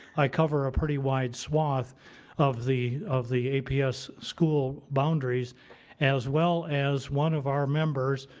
i cover a pretty wide swath of the of the aps school boundaries as well as one of our members,